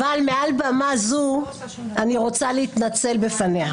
אבל מעל במה זו אני רוצה להתנצל בפניה.